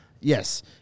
Yes